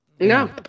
No